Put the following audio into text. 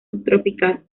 subtropical